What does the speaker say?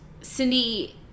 Cindy